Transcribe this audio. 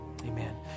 Amen